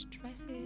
dresses